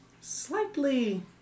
slightly